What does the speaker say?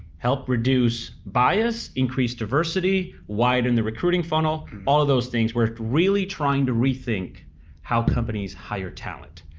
help reduce bias, increase diversity, widen the recruiting funnel, all those things. we're really trying to rethink how companies hire talent.